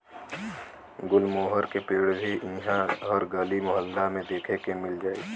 गुलमोहर के पेड़ भी इहा हर गली मोहल्ला में देखे के मिल जाई